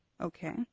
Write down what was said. Okay